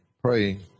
praying